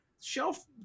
shelf